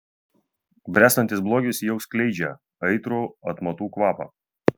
bręstantis blogis jau skleidžia aitrų atmatų kvapą